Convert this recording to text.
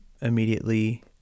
immediately